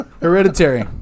Hereditary